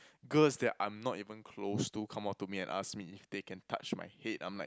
girls that I'm not even close to come up to me and ask me if they can touch my head I'm like